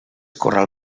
corral